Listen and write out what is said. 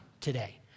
today